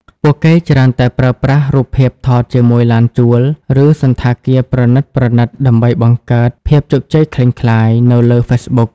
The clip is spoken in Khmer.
ពួកគេច្រើនតែប្រើប្រាស់រូបភាពថតជាមួយឡានជួល ឬសណ្ឋាគារប្រណីតៗ ដើម្បីបង្កើត "ភាពជោគជ័យក្លែងក្លាយ" នៅលើ Facebook។